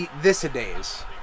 this-a-days